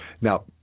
Now